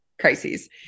crises